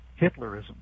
Hitlerism